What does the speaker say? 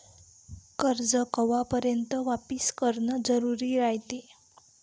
कर्ज कवापर्यंत वापिस करन जरुरी रायते?